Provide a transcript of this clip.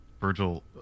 Virgil